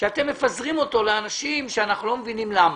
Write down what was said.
שאתם מפזרים אותו לאנשים שאנחנו לא מבינים למה.